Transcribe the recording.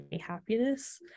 happiness